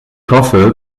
hoffe